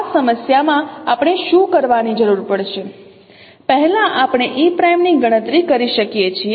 તેથી આ સમસ્યામાં આપણે શું કરવાની જરૂર પડશે પહેલા આપણે e' ની ગણતરી કરી શકીએ છીએ